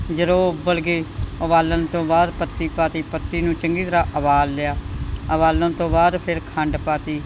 ਜਦੋਂ ਉੱਬਲ ਕੇ ਉਬਾਲਣ ਤੋਂ ਬਾਅਦ ਪੱਤੀ ਪਾਤੀ ਪੱਤੀ ਨੂੰ ਚੰਗੀ ਤਰਾਂ ਉਬਾਲ ਲਿਆ ਉਬਾਲਣ ਤੋਂ ਬਾਅਦ ਫਿਰ ਖੰਡ ਪਾਤੀ